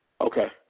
Okay